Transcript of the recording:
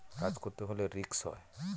কাজ করতে হলে রিস্ক হয়